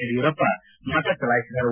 ಯಡಿಯೂರಪ್ಪ ಮತ ಚಲಾಯಿಸಿದರು